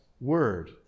Word